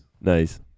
Nice